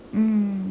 mm